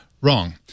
Wrong